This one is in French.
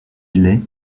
îlets